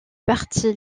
parti